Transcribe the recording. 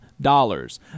dollars